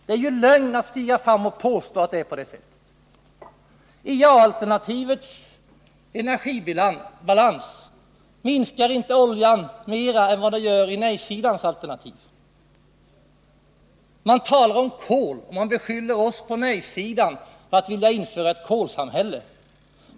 Det är lögn att stiga fram och påstå det. I ja-alternativets energibalans minskar inte oljan mera än vad den gör i nej-sidans alternativ. Man talar om kol och beskyller oss på nej-sidan för att vilja införa ett kolsamhälle.